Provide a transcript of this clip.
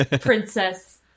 Princess